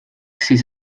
siis